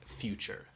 future